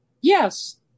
Yes